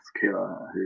killer